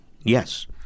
Yes